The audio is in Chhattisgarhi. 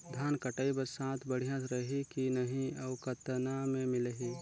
धान कटाई बर साथ बढ़िया रही की नहीं अउ कतना मे मिलही?